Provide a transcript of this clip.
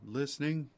listening